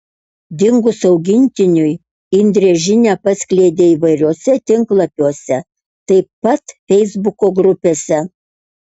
dingus augintiniui indrė žinią paskleidė įvairiuose tinklapiuose taip pat feisbuko grupėse